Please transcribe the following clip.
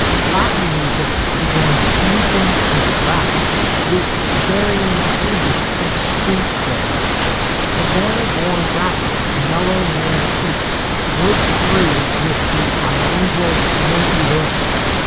latin music began fusing with rap with varying degrees of street cred havana born rapper mellow man ace broke through with the bilingual mentee rosa,